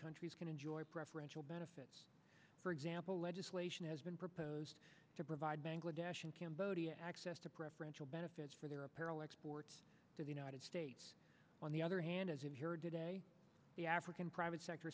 countries can enjoy preferential benefits for example legislation has been proposed to provide bangladesh and cambodia access to preferential benefits for their apparel exports to the united states on the other hand as in here today the african private sector